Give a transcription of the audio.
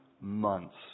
months